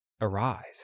arrives